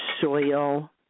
soil